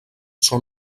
són